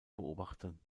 beobachten